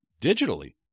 digitally